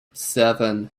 seven